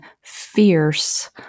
fierce